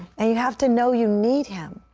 and you have to know you need him.